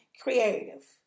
creative